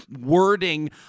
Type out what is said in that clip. wording